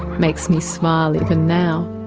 makes me smile even now.